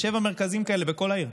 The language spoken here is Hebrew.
יש שבעה מרכזים כאלה בכל העיר,